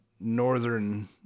northern